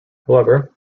however